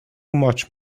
much